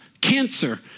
cancer